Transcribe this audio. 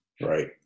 right